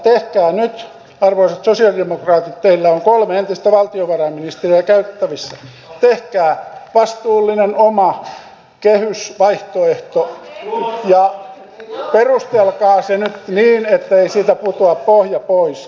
tehkää nyt arvoisat sosialidemokraatit teillä on kolme entistä valtiovarainministeriä käytettävissä oma vastuullinen kehysvaihtoehtonne ja perustelkaa se nyt niin ettei siitä putoa pohja pois